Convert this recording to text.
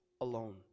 alone